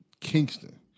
Kingston